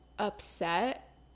upset